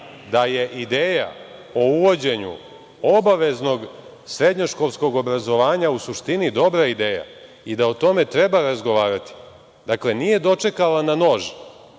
da je ideja o uvođenju obaveznog srednješkolskog obrazovanja u suštini dobra ideja i da o tome treba razgovarati. Dakle, nije dočekala na nož,